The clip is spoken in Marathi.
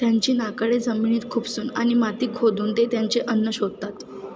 त्यांची नाकाडे जमिनीत खूपसून आणि माती खोदून ते त्यांचे अन्न शोधतात